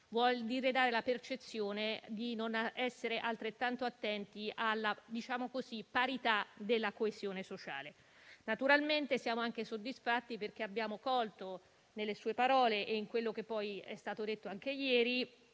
vuol dire dare la percezione di non essere altrettanto attenti alla parità della coesione sociale. Naturalmente siamo anche soddisfatti, perché abbiamo colto nelle sue parole e in quello che è stato detto anche ieri,